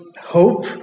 hope